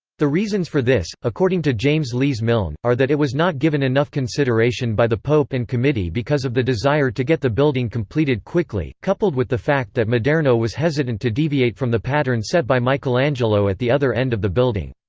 the reasons for this, according to james lees-milne, are that it was not given enough consideration by the pope and committee because of the desire to get the building completed quickly, coupled with the fact that maderno was hesitant to deviate from the pattern set by michelangelo at the other end of the building.